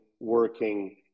working